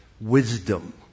wisdom